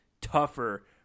tougher